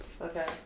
Okay